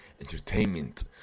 entertainment